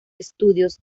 studios